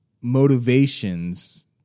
motivations